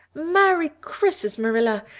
merry christmas, marilla!